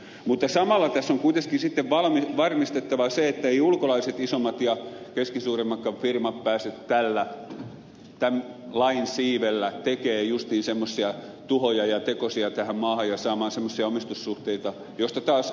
mutta samalla tässä on kuitenkin varmistettava se että eivät ulkolaiset isommat ja keskisuuremmatkaan firmat pääse tämän lain siivellä tekemään justiin semmoisia tuhoja ja tekosia tähän maahan ja saamaan semmoisia omistussuhteita joista taas ed